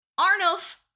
Arnulf